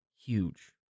huge